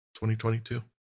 2022